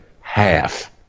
Half